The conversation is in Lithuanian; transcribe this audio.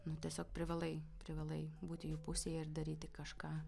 nu tiesiog privalai privalai būti jų pusėje ir daryti kažką